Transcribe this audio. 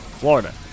Florida